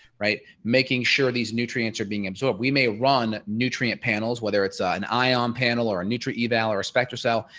right. making sure these nutrients are being absorbed we may run nutrient panels whether it's ah an iron um panel or a neutral eval or spectrocell.